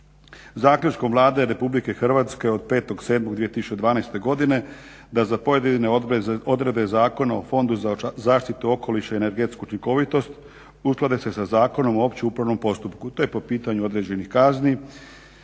Zaključkom Vlade RH od 5.07.2012. godine da za pojedine odredbe Zakona o Fondu za zaštitu okoliša i energetsku učinkovitost usklade se sa Zakonom o općem upravnom postupku te po pitanju određenih kazni.